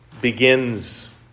begins